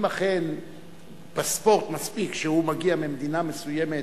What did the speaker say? אם אכן פספורט, מספיק שהוא מגיע ממדינה מסוימת